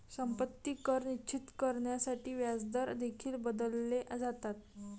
संपत्ती कर निश्चित करण्यासाठी व्याजदर देखील बदलले जातात